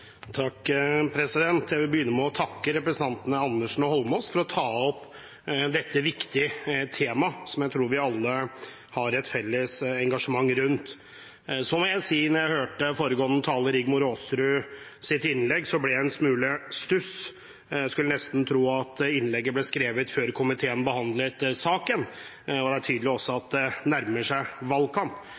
Jeg vil begynne med å takke representantene Andersen og Eidsvoll Holmås for å ta opp dette viktige temaet, som jeg tror vi alle har et felles engasjement rundt. Så må jeg si – da jeg hørte innlegget til foregående taler, Rigmor Aasrud – at jeg ble en smule i stuss. En skulle nesten tro at innlegget ble skrevet før komiteen behandlet saken. Det er også tydelig at det nærmer seg valgkamp,